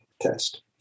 test